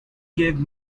gave